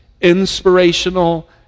inspirational